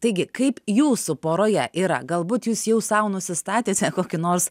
taigi kaip jūsų poroje yra galbūt jūs jau sau nusistatėte kokį nors